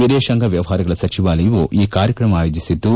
ವಿದೇಶಾಂಗ ವ್ಲವಹಾರಗಳ ಸಚಿವಾಲಯವು ಈ ಕಾರ್ಯಕ್ರಮ ಆಯೋಜಿಸಿದ್ಲು